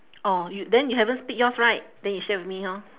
orh y~ then you haven't speak yours right then you share with me orh